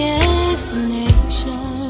explanation